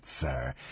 sir